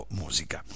musica